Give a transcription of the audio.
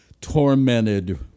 tormented